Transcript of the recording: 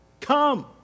Come